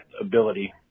ability